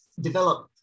develop